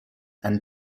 and